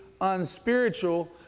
unspiritual